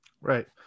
Right